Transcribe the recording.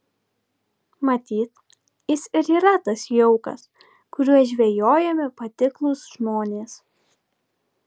matyt jis ir yra tas jaukas kuriuo žvejojami patiklūs žmonės